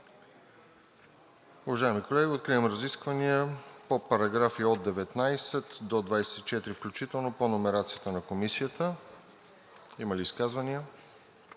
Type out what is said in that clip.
Уважаеми колеги, откривам разискванията по параграфи от 19 до 24 включително по номерацията на Комисията. Има ли изказвания?